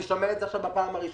אני שומע את זה עכשיו פעם ראשונה.